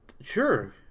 sure